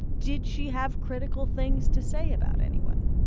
did she have critical things to say about anyone?